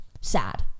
sad